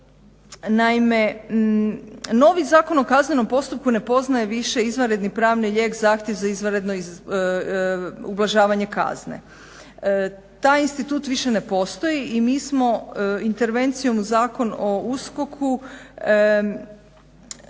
Naime, novi Zakon o kaznenom postupku ne poznaje više izvanredni pravni lijek zahtjev za izvanredno ublažavanje kazne. Taj institut više ne postoji i mi smo intervencijom u Zakon o USKOK-u